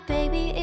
Baby